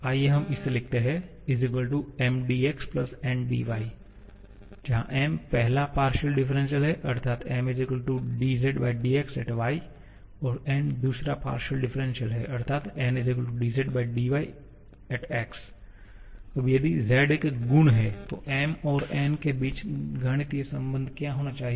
आइए हम इसे लिखते हैं Mdx Ndy जहां M पहला पार्शियल डिफरेंसियल है अर्थात M zxy और N दूसरा पार्शियल डिफरेंसियल है अर्थात N zyx अब यदि z एक गुण है तो M और N के बीच गणितीय संबंध क्या होना चाहिए